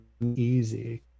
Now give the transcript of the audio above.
easy